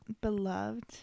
beloved